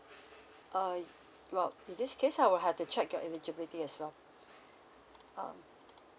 uh well in this case I will have to check your eligibility as well um